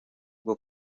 bwo